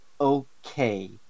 okay